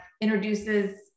introduces